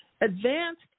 Advanced